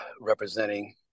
representing